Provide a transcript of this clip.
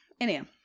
Anyhow